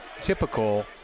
typical